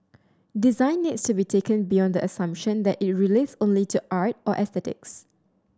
design needs to be taken beyond the assumption that it relates only to art or aesthetics